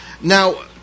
Now